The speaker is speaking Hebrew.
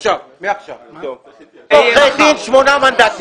(הישיבה נפסקה בשעה 13:20 ונתחדשה בשעה 13:25.)